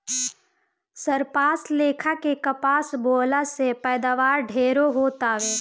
सरपास लेखा के कपास बोअला से पैदावार ढेरे हो तावे